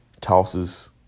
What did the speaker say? tosses